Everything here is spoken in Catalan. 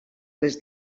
les